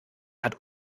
hat